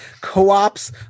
co-ops